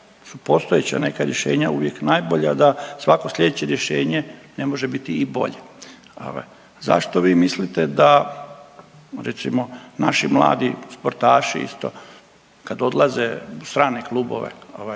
su postojeća neka rješenja uvijek najbolja, a da svako slijedeće rješenje ne može biti i bolje. Zašto vi mislite da recimo naši mladi sportaši isto kad odlaze u strane klubove ovaj